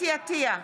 אתי עטייה,